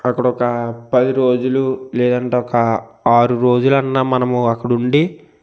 అక్కడ ఒక పది రోజులు లేదంటే ఒక ఆరు రోజులు అన్న మనము అక్కడ ఉండి